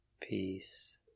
peace